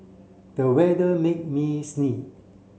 the weather made me sneeze